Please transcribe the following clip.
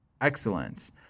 excellence